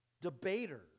debater